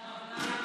אמן.